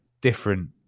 different